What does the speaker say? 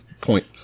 point